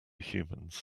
humans